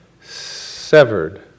severed